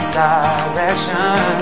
direction